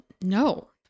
no